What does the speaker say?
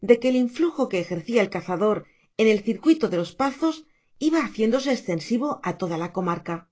de que el influjo que ejercía el cazador en el circuito de los pazos iba haciéndose extensivo a toda la comarca